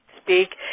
speak